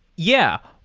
yeah.